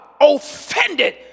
offended